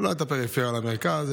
לא את הפריפריה למרכז,